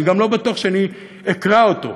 אני גם לא בטוח שאני אקרא אותו.